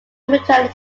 mutually